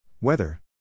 Weather